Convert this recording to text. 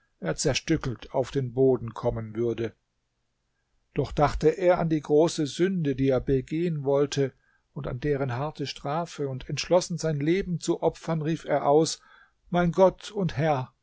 zerstückelt auf den boden kommen würde doch dachte er an die große sünde die er begehen wollte und an deren harte strafe und entschlossen sein leben zu opfern rief er aus mein gott und herr